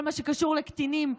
כל מה שקשור לקטינים,